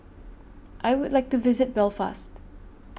I Would like to visit Belfast